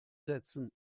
setzen